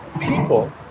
people